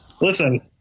Listen